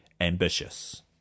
ambitious